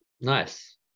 Nice